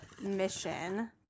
Mission